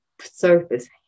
surface